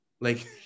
Like-